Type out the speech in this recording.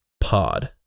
Pod